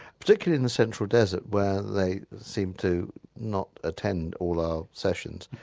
particularly in the central desert where they seemed to not attend all our sessions,